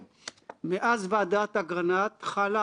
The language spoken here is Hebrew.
אילו הכנסת